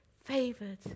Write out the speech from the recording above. favored